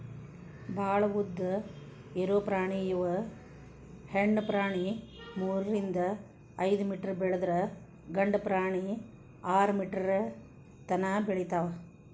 ಭಾಳ ಉದ್ದ ಇರು ಪ್ರಾಣಿ ಇವ ಹೆಣ್ಣು ಪ್ರಾಣಿ ಮೂರರಿಂದ ಐದ ಮೇಟರ್ ಬೆಳದ್ರ ಗಂಡು ಪ್ರಾಣಿ ಆರ ಮೇಟರ್ ತನಾ ಬೆಳಿತಾವ